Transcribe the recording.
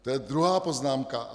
To je druhá poznámka.